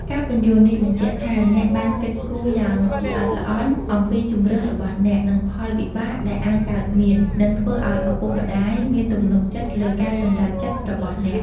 ការពន្យល់នេះ បញ្ជាក់ថាអ្នកបានគិតគូរយ៉ាងល្អិតល្អន់អំពីជម្រើសរបស់អ្នក និងផលវិបាកដែលអាចកើតមាន នឹងធ្វើឲ្យឪពុកម្ដាយមានទំនុកចិត្តលើការសម្រេចចិត្តរបស់អ្នក។